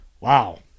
Wow